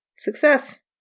Success